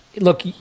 look